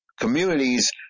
communities